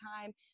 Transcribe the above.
time